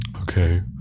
Okay